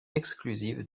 exclusive